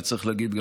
וצריך להגיד,